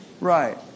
Right